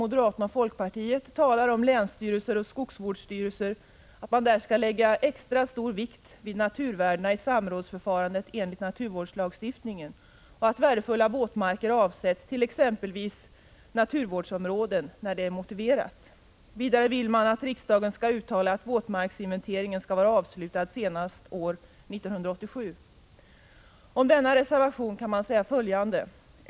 Moderaterna och folkpartiet talar i reservation 3 om att länsstyrelser och skogsvårdsstyrelser skall lägga extra stor vikt vid naturvärdena i samrådsförfarandet enligt naturvårdslagstiftningen och att värdefulla våtmarker avsätts till exempelvis naturvårdsområden när det är motiverat. Vidare vill man att riksdagen skall uttala att våtmarksinventeringen skall vara avslutad senast år 1987. Om denna reservation kan man säga följande.